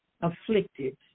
afflicted